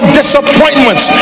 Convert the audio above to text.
disappointments